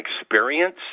experience